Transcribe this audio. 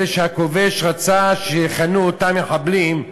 אלה שהכובש רצה שיכנו אותם "מחבלים"